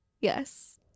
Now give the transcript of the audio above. yes